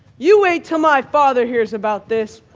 you wait till my father hears about this.